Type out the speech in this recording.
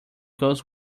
goes